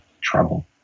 trouble